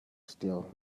still